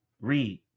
read